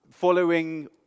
Following